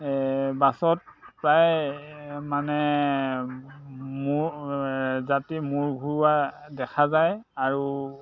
বাছত প্ৰায় মানে মোৰ যাত্ৰী মূৰ ঘূৰোৱা দেখা যায় আৰু